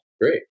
great